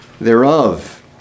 thereof